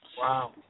Wow